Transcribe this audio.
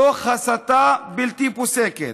תוך הסתה בלתי פוסקת.